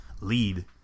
lead